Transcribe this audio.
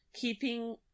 keeping